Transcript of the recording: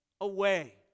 away